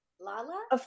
Lala